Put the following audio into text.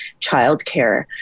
childcare